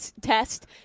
test